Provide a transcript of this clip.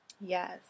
Yes